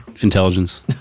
Intelligence